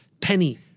penny